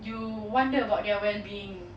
you wonder about their well being